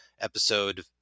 episode